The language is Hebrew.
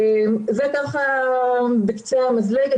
זה ככה בקצה המזלג.